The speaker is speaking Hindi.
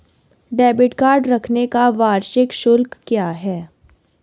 डेबिट कार्ड रखने का वार्षिक शुल्क क्या है?